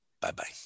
Bye-bye